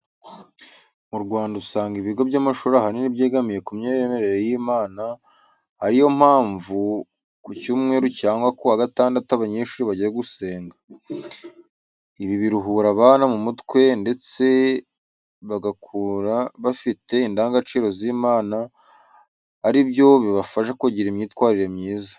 Mu Rwanda usanga ibigo by'amashuri ahanini byegamiye ku myemerere y'Imana, ari yo mpamvu ku cyumweru cyangwa ku wa gatandatu abanyeshuri bajya gusenga. Ibi biruhura abana mu mutwe ndetse bagakura bafite indangagaciro z'Imana, ari byo bibafasha kugira imyitwarire myiza.